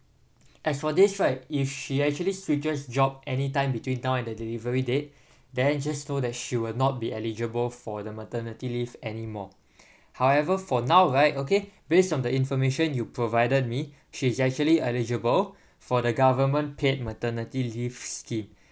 as for this right if she actually switches job anytime between now and the delivery date then just know that she will not be eligible for the maternity leave anymore however for now right okay based on the information you provided me she's actually eligible for the government paid maternity leave scheme